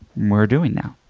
we're doing now.